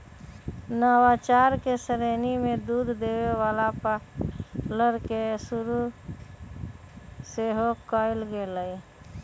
नवाचार के श्रेणी में दूध देबे वला पार्लर के शुरु सेहो कएल गेल